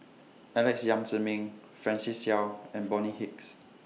Alex Yam Ziming Francis Seow and Bonny Hicks